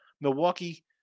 Milwaukee